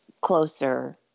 closer